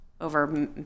over